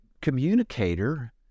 communicator